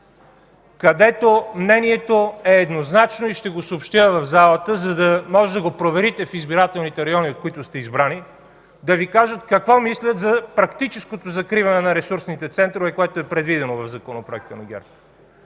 където мнението е еднозначно. Ще го съобщя в залата, за да можете да го проверите в избирателните райони, от които сте избрани, да Ви кажат какво мислят за практическото закриване на ресурсните центрове, което е предвидено в законопроекта на ГЕРБ.